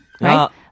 Right